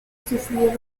sufrido